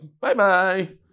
bye-bye